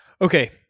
Okay